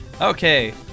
Okay